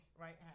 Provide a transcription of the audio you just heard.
right